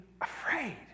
afraid